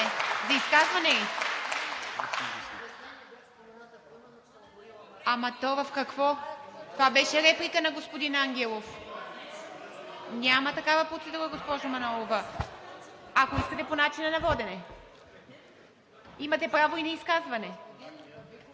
За изказване ли? Това беше реплика на господин Ангелов. Няма такава процедура, госпожо Манолова. Ако искате по начина на водене? Имате право и на изказване.